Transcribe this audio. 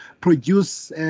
produce